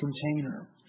container